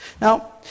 now